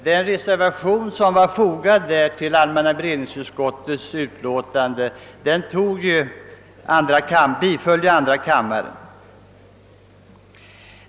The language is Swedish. Den reservation som var fogad till allmänna beredningsutskottets utlåtande bifölls av andra kammaren.